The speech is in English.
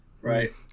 Right